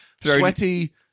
sweaty